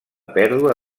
pèrdua